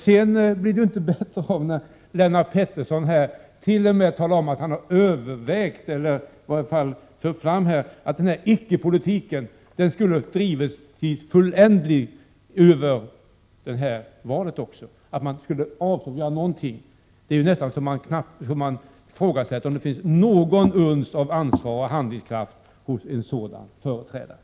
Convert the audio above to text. Det hela blir inte bättre av att Lennart Pettersson här talar om att denna icke-politik t.o.m. skulle ha drivits till fulländning över det förestående valet genom att man skulle avstå från att göra någonting alls. Jag ifrågasätter nästan om det finns ett enda uns av ansvar och handlingskraft hos en sådan politiker.